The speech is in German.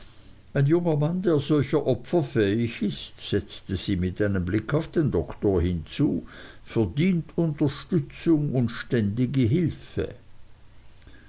ein junger mann der solcher opfer fähig ist setzte sie mit einem blick auf den doktor hinzu verdient unterstützung und ständige hilfe